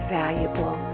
valuable